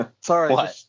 Sorry